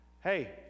Hey